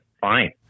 fine